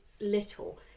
little